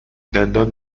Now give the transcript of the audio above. دندان